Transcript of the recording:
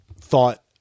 thought